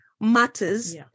matters